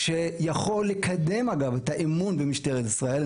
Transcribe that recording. שיכול לקדם, אגב, את האמון במשטרת ישראל.